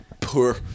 poor